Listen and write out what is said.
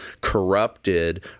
corrupted